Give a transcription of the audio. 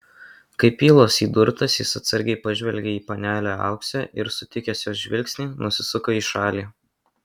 kaip ylos įdurtas jis atsargiai pažvelgė į panelę auksę ir sutikęs jos žvilgsnį nusisuko į šalį